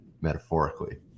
metaphorically